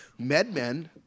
MedMen